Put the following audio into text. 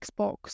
Xbox